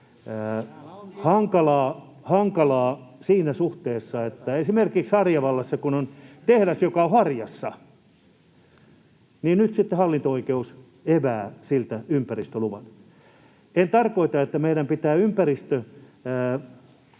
hankalaa siinä suhteessa, että esimerkiksi Harjavallassa kun on tehdas, joka on harjassa, niin nyt sitten hallinto-oikeus evää siltä ympäristöluvan. En tarkoita, että meidän pitää ympäristö